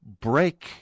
break